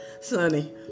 Sonny